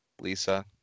Lisa